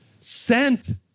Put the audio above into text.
sent